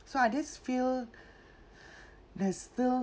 so I just feel there's still